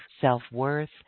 self-worth